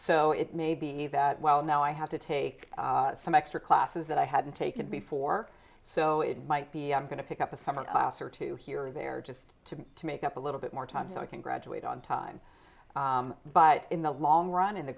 so it may be that well now i have to take some extra classes that i hadn't taken before so it might be i'm going to pick up a summer class or two here or there just to to make up a little bit more time so i can graduate on time but in the long run in the